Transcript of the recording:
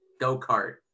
go-kart